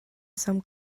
some